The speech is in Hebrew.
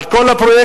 על כל הפרויקטים,